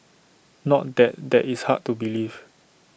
not that that is hard to believe